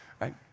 right